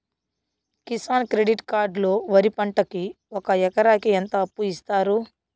Kisan credit card లో వరి పంటకి ఒక ఎకరాకి ఎంత అప్పు ఇస్తారు?